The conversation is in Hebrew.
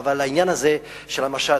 אבל העניין הזה של המשט,